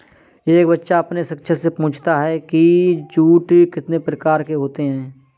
एक बच्चा अपने शिक्षक से पूछता है कि जूट कितने प्रकार के होते हैं?